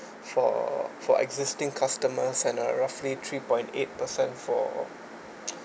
for for existing customers and a roughly three point eight percent for